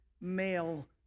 male